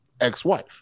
ex-wife